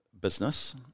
business